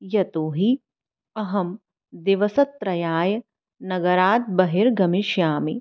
यतोहि अहं दिवसत्रयाय नगरात् बहिर्गमिष्यामि